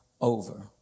over